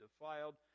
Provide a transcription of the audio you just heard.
defiled